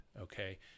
Okay